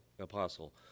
apostle